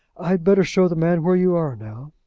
i'd better show the man where you are now.